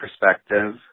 perspective